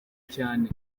cyane